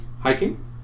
Hiking